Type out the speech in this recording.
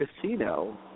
Casino